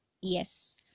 yes